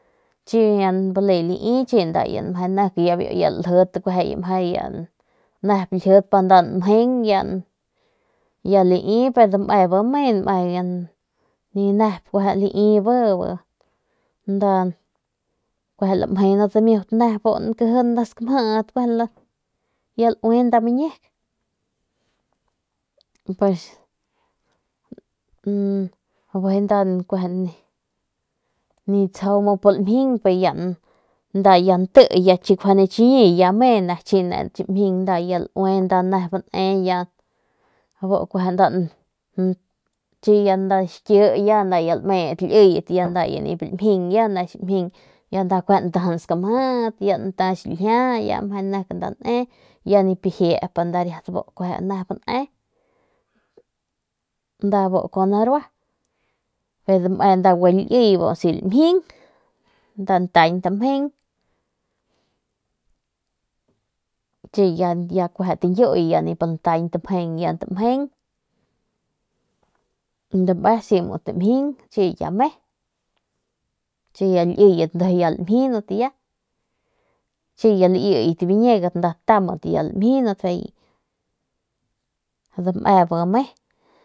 Ya lai dame bi me ni nep lai bi lamjenat dimiut nep lankji 9 nda skamjiy y ya laue nda miñek nip tsjau mu nda limjing y ya chi ya nti chiñi ya me nda ya laue nda nep laue ya nda ntajan skamjit nta xiljia ya meje nep nda ne ya nip lajiep nda nep bu ne njeng chi ya tañyuy ya nip lantañ tamjen ya njeng dame bi mu si tamjin chi ya me chi ya liyet ndujuy ya lamjinat ya chi ya laiyat biñegat ya nda tambat ya lamjinat y ya y dame bi me.